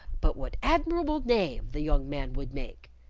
but what admirable knave the young man would make!